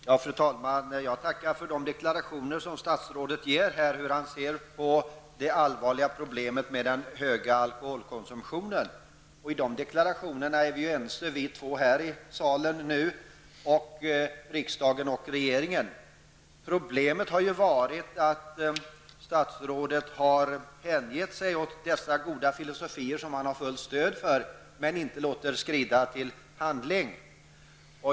Fru talman! Jag tackar för de deklarationer som statsrådet här har gett för hur han ser på det allvarliga problemet med den höga alkoholkonsumtionen. Om dessa deklarationer är vi ense, och det gäller också riksdagen och regeringen i övrigt. Problemet har varit att statsrådet har hängett sig åt de goda filosofier som han har fullt stöd för men samtidigt inte låtit skrida till handling.